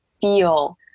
feel